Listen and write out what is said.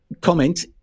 comment